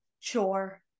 Chore